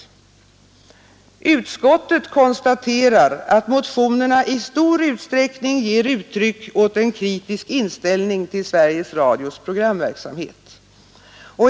Utskottet konstaterar att motionerna i stor utsträckning ger uttryck åt en kritisk inställning till Sveriges Radios programverksamhet.